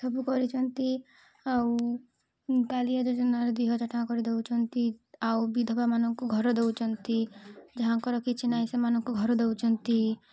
ସବୁ କରିଚନ୍ତି ଆଉ କାଲିଆ ଯୋଜନାରେ ଦୁଇ ହଜାର ଟଙ୍କା କରି ଦେଉଛନ୍ତି ଆଉ ବିଧବା ମାନଙ୍କୁ ଘର ଦେଉଛନ୍ତି ଯାହାଙ୍କର କିଛି ନାହିଁ ସେମାନଙ୍କୁ ଘର ଦେଉଛନ୍ତି